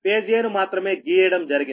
phase 'a' ను మాత్రమే గీయడం జరిగింది